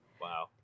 Wow